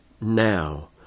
now